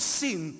sin